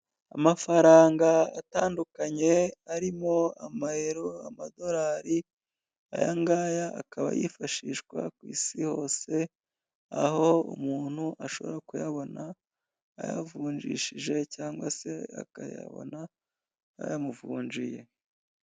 Amafaranga atandukanye arimo amayero, amadorari ayangaya akaba yifashishwa ku isi hose, aho umuntu ashobora kuyabona ayavunjishije cyangwa se akayabona bayamuvunjiye.